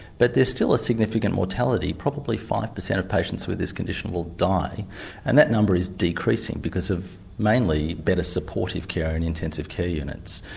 but there's still a significant mortality, probably five percent of patients with this condition will die and that number is decreasing because of mainly better supportive care in the intensive care units.